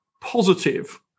positive